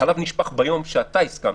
החלב נשפך ביום שאתה הסכמת,